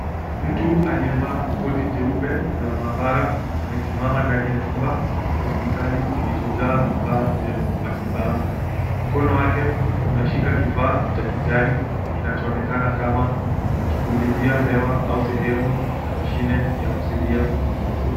Mtu aliyevaa koti jeupe la maabara amesimama ndani ya chumba cha hospitali kilichojaa vifaa vya matibabu, mkono wake unashika kifaa cha kijani kinachoonekana kama kipuulizia hewa au sehemu ya mashine ya kusaidia kupumua.